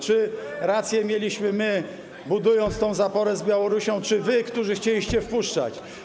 Czy rację mieliśmy my, budując tę zaporę z Białorusią, czy wy, którzy chcieliście wpuszczać?